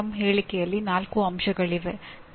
ಇದರಿಂದ ಮಾನ್ಯತೆಯ ಮಾನದಂಡಗಳನ್ನು ಪೂರೈಸಬಹುದು